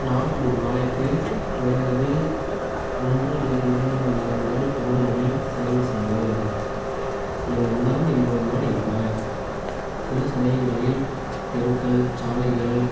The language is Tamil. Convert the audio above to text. நான் ஒரு நாளைக்கு குறைந்தது ஒன்று அல்லது இரண்டு மணி நேரங்கள் ஓடுவதில் செலவு செய்வேன் என் நண்பரும் என்னுடன் தான் இருப்பார் சில சமயங்களில் தெருக்கள் சாலைகள்